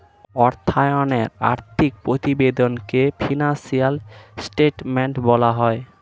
অর্থায়নে আর্থিক প্রতিবেদনকে ফিনান্সিয়াল স্টেটমেন্ট বলা হয়